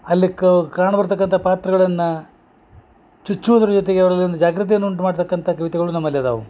ಅಲ್ಲಿ ಕಾಣ ಬರ್ತಕ್ಕಂಥ ಪಾತ್ರಗಳನ್ನ ಚುಚ್ಚೂದ್ರ ಜೊತೆಗೆ ಅವರಲ್ಲಿ ಒಂದು ಜಾಗ್ರತೆಯನ್ನ ಉಂಟು ಮಾಡ್ತಕ್ಕಂಥ ಕವಿತೆಗಳು ನಮ್ಮಲ್ಲಿ ಅದಾವು